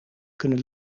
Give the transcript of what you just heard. kunnen